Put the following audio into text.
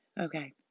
Okay